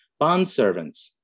Bondservants